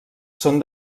són